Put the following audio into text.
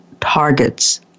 targets